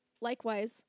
Likewise